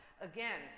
Again